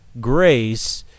grace